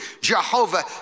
Jehovah